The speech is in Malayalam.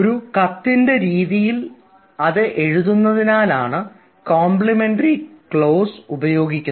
ഒരു കത്തിൻറെ രീതിയിൽ തന്നെ അത് എഴുതപ്പെടുന്നതിനാലാണ് കോംപ്ലിമെന്ററി ക്ലോസ് ഉപയോഗിക്കുന്നത്